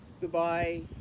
goodbye